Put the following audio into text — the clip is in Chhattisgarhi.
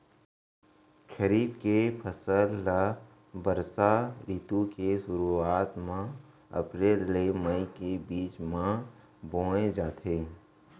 खरीफ के फसल ला बरसा रितु के सुरुवात मा अप्रेल ले मई के बीच मा बोए जाथे